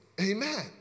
Amen